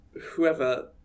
whoever